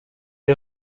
est